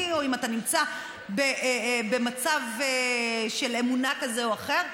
או אם נמצא במצב של אמונה כזה או אחר.